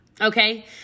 Okay